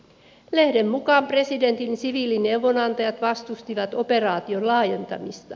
lehden mukaan presidentin siviilineuvonantajat vastustivat operaation laajentamista